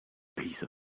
piece